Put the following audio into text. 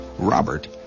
Robert